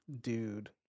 dude